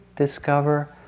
Discover